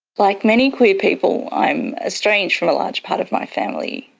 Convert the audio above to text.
like many queer people, i am estranged from a large part of my family.